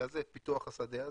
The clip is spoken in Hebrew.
פיתוח השדה הזה.